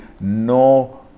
no